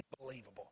Unbelievable